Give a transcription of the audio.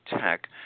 tech